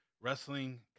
wrestling